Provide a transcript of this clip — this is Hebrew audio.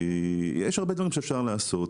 יש הרבה דברים שאפשר לעשות.